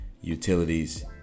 utilities